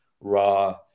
raw